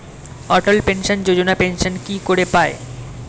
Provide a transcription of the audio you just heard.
অটল pension যোজনা pension কি করে পায়?